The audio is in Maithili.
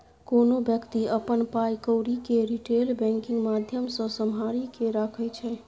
कोनो बेकती अपन पाइ कौरी केँ रिटेल बैंकिंग माध्यमसँ सम्हारि केँ राखै छै